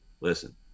Listen